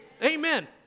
amen